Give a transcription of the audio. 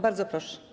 Bardzo proszę.